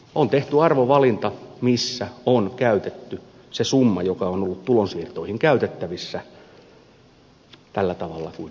on tehty arvovalinta jossa on käytetty se summa joka on ollut tulonsiirtoihin käytettävissä tällä tavalla kuin nyt esitetään